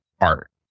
art